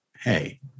hey